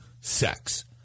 sex